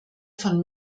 von